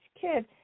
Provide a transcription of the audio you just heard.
Kid